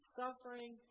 suffering